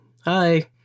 Hi